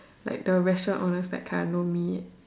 like the restaurant owners like kind of know me